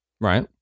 right